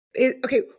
Okay